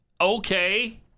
Okay